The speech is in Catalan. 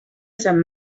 sant